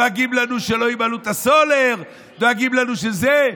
דואגים לנו שלא ימהלו את הסולר ודואגים לנו שזה.